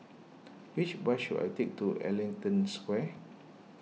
which bus should I take to Ellington Square